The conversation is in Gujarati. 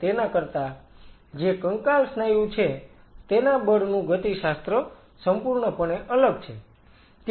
તેના કરતા જે કંકાલ સ્નાયુ છે તેના બળનું ગતિશાસ્ત્ર સંપૂર્ણપણે અલગ છે